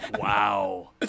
Wow